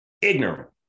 Ignorant